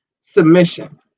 submission